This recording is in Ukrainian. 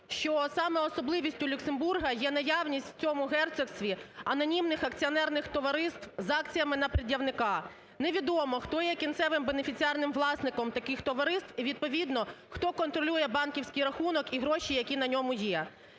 що саме особливістю Люксембурга є наявність в цьому герцогстві анонімних акціонерних товариств з акціями на пред'явника. Невідомо, хто є кінцевим бенефіціарним власником таких товариств і, відповідно, хто контролює банківський рахунок і гроші, які на ньому є.